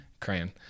Crayon